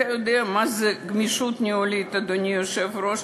אתה יודע מה זה גמישות ניהולית, אדוני היושב-ראש?